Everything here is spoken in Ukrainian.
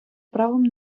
правом